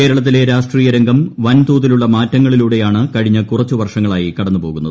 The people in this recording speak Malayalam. കേരളത്തിലെ രാഷ്ട്രീയ രംഗം വൻതോതിലുള്ള മാറ്റങ്ങളിലൂടെ യാണ് കഴിഞ്ഞ കുറച്ച് വർഷങ്ങളായി കടന്നു പോകുന്നത്